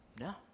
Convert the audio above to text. No